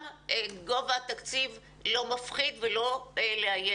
גם גובה התקציב לא מפחיד ולא לאיים.